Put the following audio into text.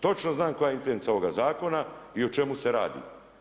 Točno znam koja je intencija ovoga zakona i o čemu se radi.